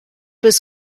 was